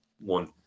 one